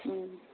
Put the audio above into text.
उम